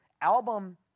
album